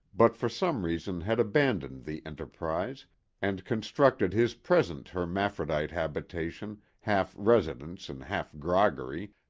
but for some reason had abandoned the enterprise and constructed his present hermaphrodite habitation, half residence and half groggery,